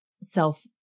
self